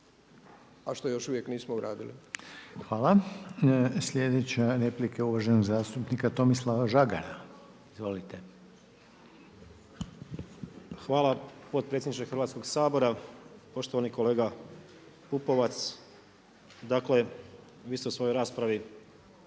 **Reiner, Željko (HDZ)** Hvala. Sljedeća replika je uvaženog zastupnika Tomislava Žagara. Izvolite. **Žagar, Tomislav (SDP)** Hvala potpredsjedniče Hrvatskog sabora, poštovani kolega Pupovac. Dakle, vi ste u svojoj raspravi